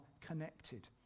connected